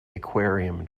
aquarium